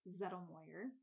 Zettelmoyer